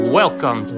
welcome